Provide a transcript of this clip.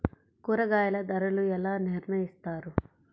కూరగాయల ధరలు ఎలా నిర్ణయిస్తారు?